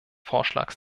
vorschlags